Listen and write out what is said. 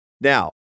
Now